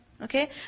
Okay